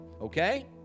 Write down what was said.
okay